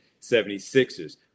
76ers